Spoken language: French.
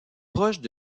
proches